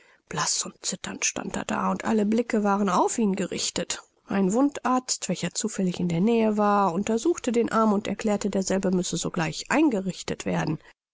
blaß und zitternd stand er da und alle blicke waren auf ihn gerichtet ein wundarzt welcher zufällig in der nähe war untersuchte den arm und erklärte derselbe müsse sogleich eingerichtet werden